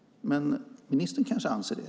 Men ministern kanske anser det.